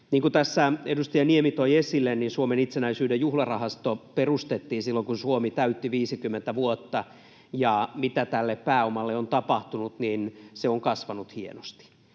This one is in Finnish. tässä edustaja Niemi toi esille, Suomen itsenäisyyden juhlarahasto perustettiin silloin, kun Suomi täytti 50 vuotta, ja tälle pääomalle on tapahtunut niin, että se on kasvanut hienosti.